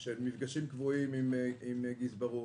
של מפגשים קבועים עם גזרות.